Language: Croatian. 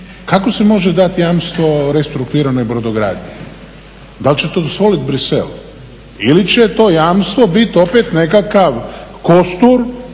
kako se može dati jamstvo restrukturiranoj brodogradnji? Da li će to dozvoliti Bruxelles? Ili će to jamstvo biti opet nekakav kostur